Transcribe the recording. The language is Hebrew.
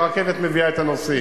הרכבת מביאה את הנוסעים.